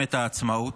במלחמת העצמאות,